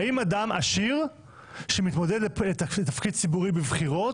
האם אדם עשיר שמתמודד לתפקיד ציבורי בבחירות,